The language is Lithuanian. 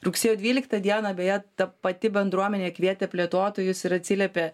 rugsėjo dvyliktą dieną beje ta pati bendruomenė kvietė plėtotojus ir atsiliepė